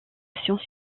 science